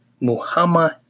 Muhammad